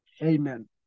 Amen